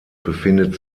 befindet